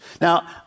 Now